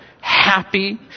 happy